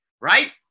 right